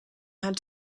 had